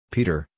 Peter